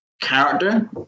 character